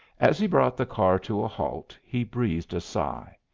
as he brought the car to a halt, he breathed a sigh.